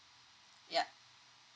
yup